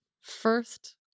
First